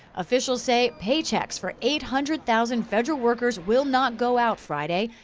officials say paychecks for eight hundred thousand federal workers will not go out friday.